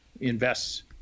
invests